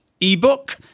ebook